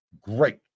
great